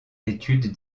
études